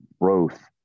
growth